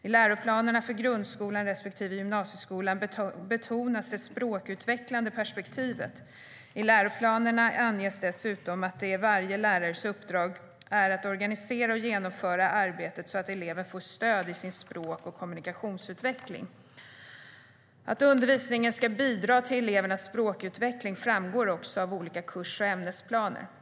I läroplanerna för grundskolan respektive gymnasieskolan betonas det språkutvecklande perspektivet. I läroplanerna anges dessutom att det är varje lärares uppdrag att organisera och genomföra arbetet så att eleven får stöd i sin språk och kommunikationsutveckling. Att undervisningen ska bidra till elevernas språkutveckling framgår också av olika kurs och ämnesplaner.